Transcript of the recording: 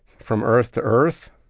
from earth to earth,